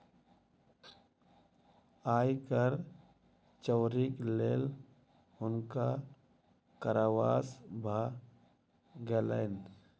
आय कर चोरीक लेल हुनका कारावास भ गेलैन